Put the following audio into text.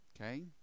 okay